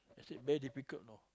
I said very difficult you know